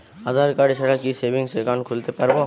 আধারকার্ড ছাড়া কি savings account খুলতে পারব?